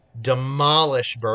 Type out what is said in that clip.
demolish